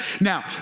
Now